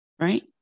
right